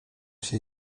się